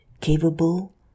capable